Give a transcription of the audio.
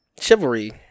chivalry